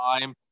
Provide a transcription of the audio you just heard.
time